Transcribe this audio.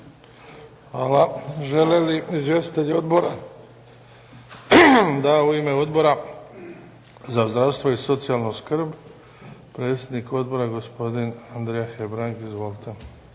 Hvala. Želi li izvjestitelj odbora? Da. U ime Odbora za zdravstvo i socijalnu skrb, predsjednik odbora gospodin Andrija Hebrang, izvolite.